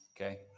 okay